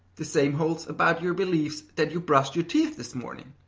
the same holds about your beliefs that you brushed your teeth this morning.